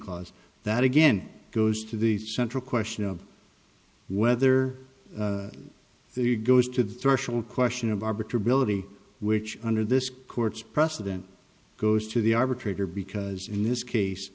clause that again goes to the central question of whether the goes to the threshold question of arbiter ability which under this court's precedent goes to the arbitrator because in this case